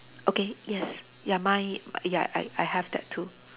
okay yes ya mine ya I I have that too